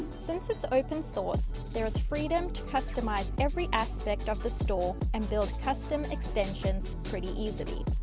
since it's open-source there is freedom to customize every aspect of the store and build custom extensions pretty easily.